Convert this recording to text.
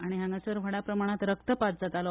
आनी हांगासर व्हड प्रमाणांत रक्तपात जातालो